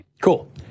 Cool